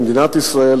למדינת ישראל,